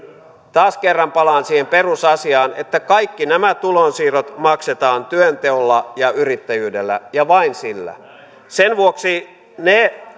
taas kerran palaan siihen perusasiaan että kaikki nämä tulonsiirrot maksetaan työnteolla ja yrittäjyydellä ja vain niillä sen vuoksi ne